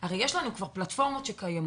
הרי כבר יש לנו פלטפורמות קיימות,